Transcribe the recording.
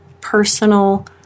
personal